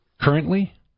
currently